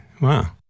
wow